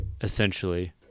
essentially